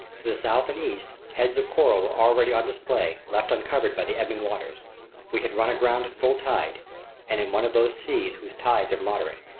to the south and east, heads of coral were already on display, left uncovered by the ebbing waters we had run aground at full tide and in one of those seas whose tides are moderate,